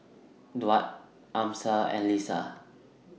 Daud Amsyar and Lisa